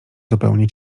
zupełnie